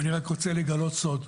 אני רק רוצה לגלות סוד: